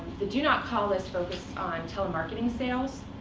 the do not call list focuses on telemarketing sales,